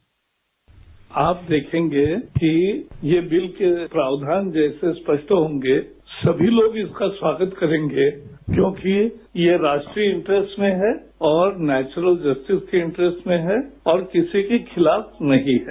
bite आप देखेंगे कि यह बिल के प्रावधान जैसे स्पष्ट होंगे सभी लोग इसका स्वागत करेंगे क्योंकि यह राष्ट्रीय इन्टरेस्ट में है और नेचुरल जस्टिस के इन्टरेस्ट में है और किसी के खिलाफ नहीं है